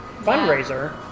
fundraiser